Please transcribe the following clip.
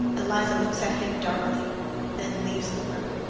eliza looks at him darkly then leaves the room.